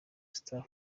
star